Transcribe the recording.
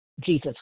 Jesus